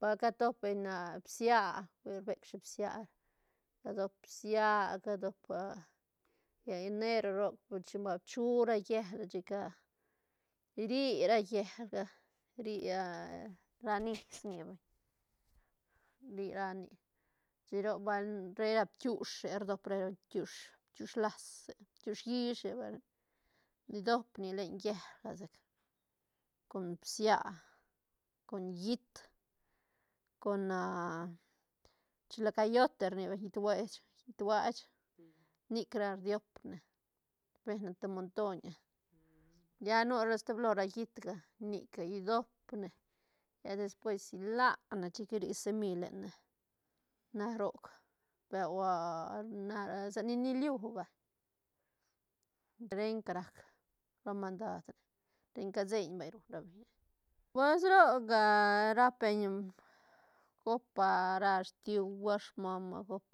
Ba catop beñ na bsia rbec shi bsia cadop bsia cadop lla enero roc chin ba chu ra llel chica ri ra llelga ria ra niz nia vay ri ra nic chic roc bal re ra bkiushe rdop ra beñ bkiush lase bkiush yise vay dop nic len llel sec con bsia con llit con chilacayote rni beñ llit huech- llit huech nic ra rdiopne be ne te montoñ lla nu ra steblo ra llitga nic idopne lla despues ilane chic rri semi lenne na roc beu sa ni niliu vay renca rac ra mandad renca seiñ vay ruñ ra beñ pues roc rap beñ gop ra stihua, smama gop